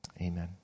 Amen